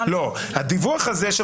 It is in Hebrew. הדיווח הזה,